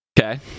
okay